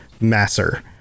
Masser